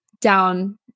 down